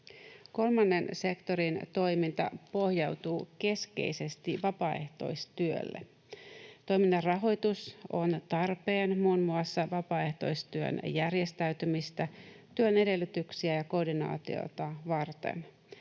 Kolmannen sektorin toiminta pohjautuu keskeisesti vapaaehtoistyölle. Toiminnan rahoitus on tarpeen muun muassa vapaaehtoistyön järjestäytymistä, työn edellytyksiä ja koordinaatiota varten.